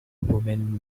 woman